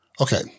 Okay